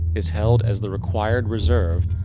is held as the required reserve,